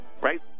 Right